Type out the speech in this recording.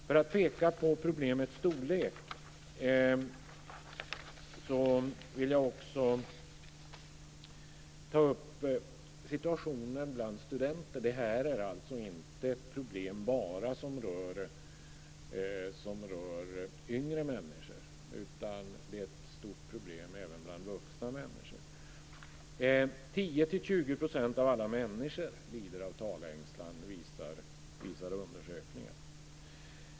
För att peka på problemets storlek vill jag också ta upp situationen bland studenter. Detta är alltså inte bara ett problem som rör yngre människor, utan det är ett stort problem även bland vuxna människor. 10 20 % av alla människor lider av talängslan, visar undersökningen.